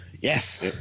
Yes